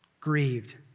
Grieved